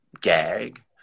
gag